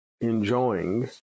enjoying